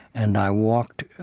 and i walked